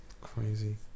crazy